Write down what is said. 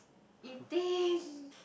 eating